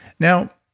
now,